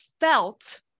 felt